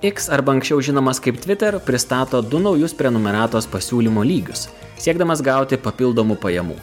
x arba anksčiau žinomas kaip twitter pristato du naujus prenumeratos pasiūlymo lygius siekdamas gauti papildomų pajamų